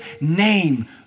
name